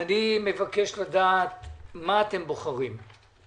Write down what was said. אני מבקש לדעת מה אתם בוחרים,